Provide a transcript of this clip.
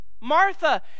Martha